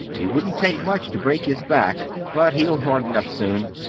it wouldn't take much to break his back. but he'll harden up soon.